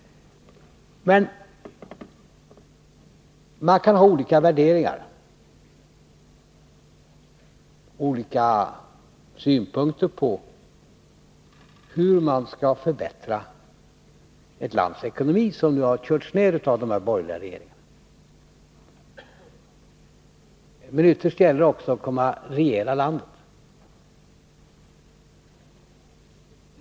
Man kan ha olika värderingar och olika synpunkter på hur man skall förbättra landets ekonomi, som nu körts ned av de här borgerliga regeringarna. Men ytterst gäller det också att kunna regera landet.